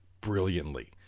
brilliantly